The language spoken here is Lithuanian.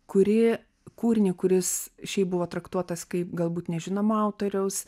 kuri kūrinį kuris šiaip buvo traktuotas kaip galbūt nežinomo autoriaus